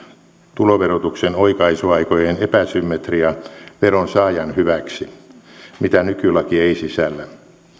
tuloverotuksen oikaisuaikojen epäsymmetria veronsaajan hyväksi mitä nykylaki ei sisällä